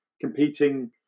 competing